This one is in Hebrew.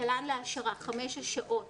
התל"ן להעשרה, חמש שעות